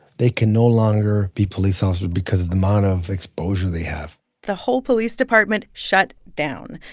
they can no longer be police officers because of the amount of exposure they have the whole police department shut down.